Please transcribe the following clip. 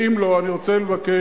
ואם לא, אני רוצה לבקש,